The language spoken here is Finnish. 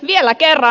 vielä kerran